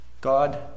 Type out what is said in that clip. God